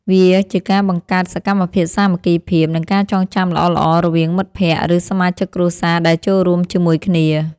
វាជាការបង្កើតសកម្មភាពសាមគ្គីភាព និងការចងចាំល្អៗរវាងមិត្តភក្តិ ឬសមាជិកគ្រួសារដែលចូលរួមជាមួយគ្នា។